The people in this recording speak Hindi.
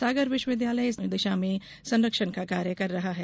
सागर विश्वविद्यालय इस दिशा में संरक्षण का कार्य कर रहा है